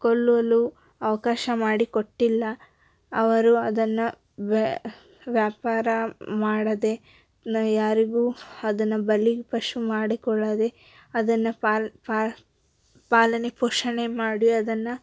ಕೊಲ್ಲಲು ಅವಕಾಶ ಮಾಡಿಕೊಟ್ಟಿಲ್ಲ ಅವರು ಅದನ್ನು ವ್ಯಾಪಾರ ಮಾಡದೇ ಯಾರಿಗೂ ಅದನ್ನು ಬಲಿಪಶು ಮಾಡಿಕೊಳ್ಳದೆ ಅದನ್ನು ಪಾಲ್ ಪಾಲನೆ ಪೋಷಣೆ ಮಾಡಿ ಅದನ್ನು